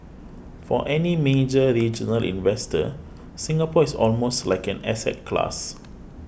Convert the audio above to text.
for any major regional investor Singapore is almost like an asset class